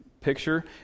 picture